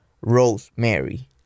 Rosemary